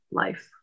life